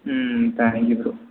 ம் thank you bro